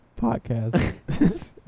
podcast